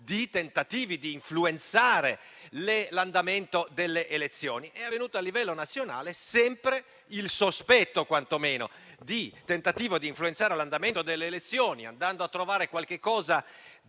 di tentativi di influenzare l'andamento delle elezioni. È avvenuto invece a livello nazionale e c'è sempre quantomeno il sospetto di un tentativo di influenzare l'andamento delle elezioni, andando a trovare qualche cosa di